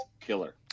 killer